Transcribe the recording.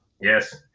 Yes